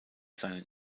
seinen